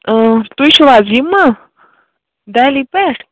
اۭں تُہۍ چھُو حظ یِمہٕ دہلی پٮ۪ٹھ